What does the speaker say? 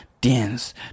dance